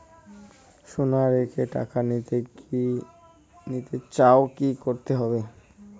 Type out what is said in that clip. সোনা রেখে টাকা নিতে চাই কি করতে হবে?